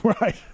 Right